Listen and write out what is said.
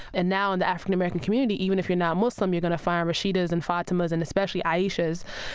and now in the african-american community, even if you're not muslim, you're going to find rasheedas and fatamas and especially aishas.